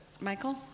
Michael